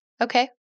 Okay